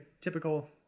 typical